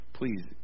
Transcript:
please